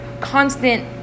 constant